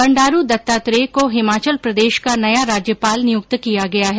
बण्डारू दत्तात्रेय को हिमाचल प्रदेश का नया राज्यपाल नियुक्त किया गया है